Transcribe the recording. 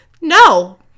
no